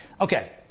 Okay